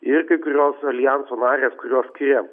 ir kai kurios aljanso narės kurios skiria